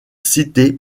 citées